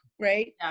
Right